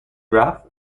graph